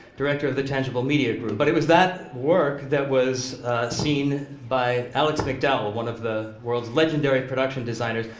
director of the tangible media group. but it was that work that was seen by alex mcdowell, one of the world's legendary production designers.